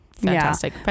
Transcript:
fantastic